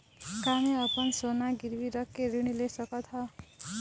का मैं अपन सोना गिरवी रख के ऋण ले सकत हावे?